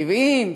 טבעיים,